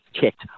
kicked